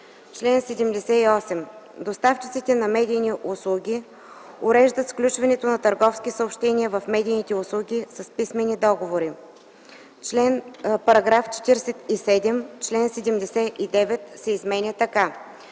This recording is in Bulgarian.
„Чл. 78. Доставчиците на медийни услуги уреждат включването на търговски съобщения в медийните услуги с писмени договори.” „§ 47. Член 79 се изменя така: